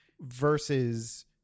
versus